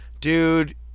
dude